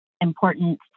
important